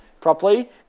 properly